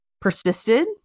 persisted